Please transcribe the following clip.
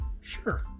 Sure